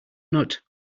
nut